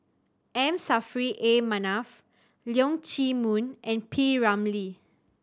M Saffri A Manaf Leong Chee Mun and P Ramlee